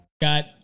Got